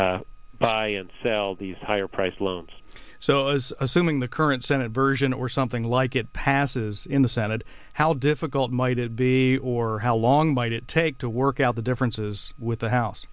to buy and sell these higher priced loans so as assuming the current senate version or something like it passes in the senate how difficult might it be or how long might it take to work out the differences with the house